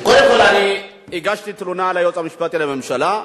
קודם כול אני הגשתי תלונה ליועץ המשפטי לממשלה.